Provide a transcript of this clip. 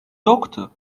yoktu